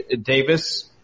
Davis